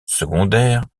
secondaires